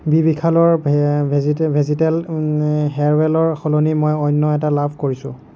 B বিশালৰ ভে ভেজিটে ভেজিটেবল হেয়াৰৱেলৰ সলনি মই অন্য এটা লাভ কৰিছোঁ